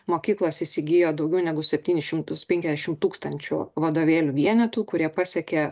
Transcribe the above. mokyklos įsigijo daugiau negu septynis šimtus penkiasdešim tūkstančių vadovėlių vienetų kurie pasiekė